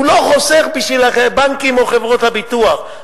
הוא לא חוסך בשביל הבנקים או חברות הביטוח,